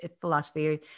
philosophy